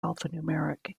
alphanumeric